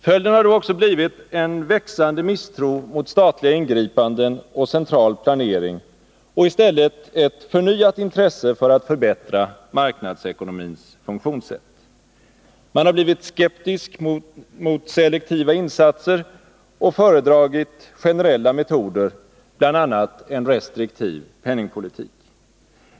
Följden har också blivit en växande misstro mot statliga ingripanden och central planering och i stället ett förnyat intresse för att förbättra marknadsekonomins funktionssätt. Man har blivit skeptisk till selektiva insatser och föredragit generella metoder, bl.a. en restriktiv penningpolitik.